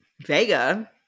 Vega